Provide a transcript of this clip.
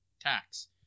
tax